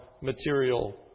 material